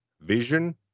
vision